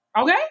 Okay